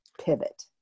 Pivot